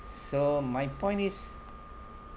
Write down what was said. so my point is